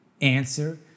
answer